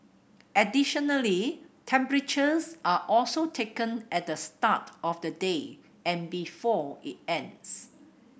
additionally temperatures are also taken at the start of the day and before it ends